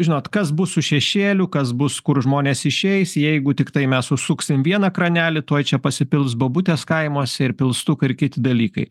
žinot kas bus su šešėliu kas bus kur žmonės išeis jeigu tiktai mes susuksim vieną kranelį tuoj čia pasipils bobutės kaimuose ir pilstukai ir kiti dalykai